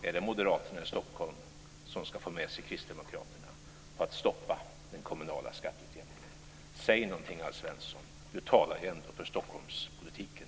Är det Moderaterna i Stockholm som ska få med sig Kristdemokraterna på att stoppa den kommunala skatteutjämningen? Säg någonting, Alf Svensson! Alf Svensson talar ju uppenbarligen ändå för Stockholmspolitiken.